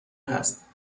هست